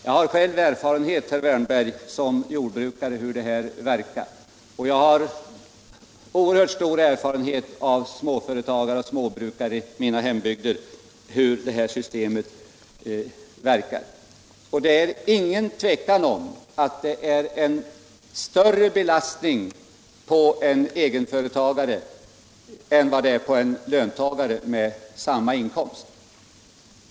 Jag har, herr Wärnberg, själv som jordbrukare erfarenhet av hur detta verkar, och jag har oerhört stor erfarenhet av hur systemet verkar för småföretagare och småbrukare i min hembygd. Det råder inget tvivel om att dessa avgifter är en större belastning för en egenföretagare än för en löntagare med samma inkomst.